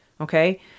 Okay